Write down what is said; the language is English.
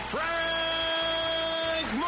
Frank